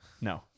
No